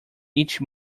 each